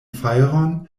fajron